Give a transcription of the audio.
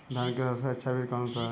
धान के लिए सबसे अच्छा बीज कौन सा है?